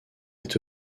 est